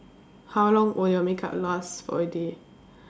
how long will your makeup last for a day